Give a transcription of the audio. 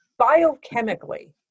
biochemically